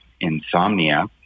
insomnia